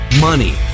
money